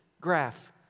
graph